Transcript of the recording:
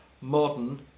modern